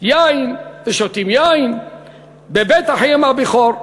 יין בבית אחיהם הבכור,